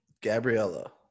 Gabriella